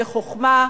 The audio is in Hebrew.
בחוכמה,